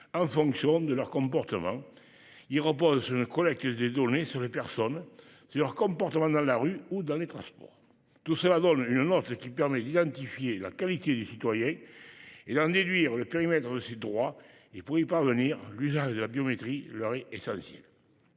en fonction de leur comportement. Ce dispositif repose sur une collecte de données des personnes sur leur comportement dans la rue ou dans les transports. Tout cela donne une note qui permet d'identifier la qualité du citoyen et d'en déduire le périmètre de ses droits. Pour y parvenir, l'usage de la biométrie est essentiel